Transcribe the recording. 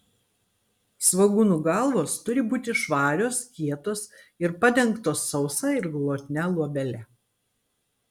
svogūnų galvos turi būti švarios kietos ir padengtos sausa ir glotnia luobele